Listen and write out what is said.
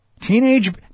teenage